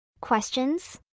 Questions